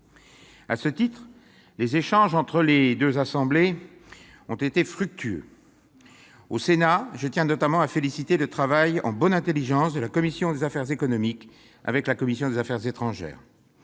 À ce titre, les échanges entre les deux assemblées ont été fructueux. Au Sénat, je tiens notamment à féliciter le travail effectué en bonne intelligence de la commission des affaires économiques et de la commission des affaires étrangères.